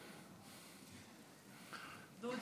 אדוני היושב-ראש,